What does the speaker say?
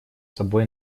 собой